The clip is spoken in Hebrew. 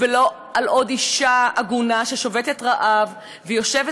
ולא על עוד אישה עגונה ששובתת רעב ויושבת